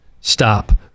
stop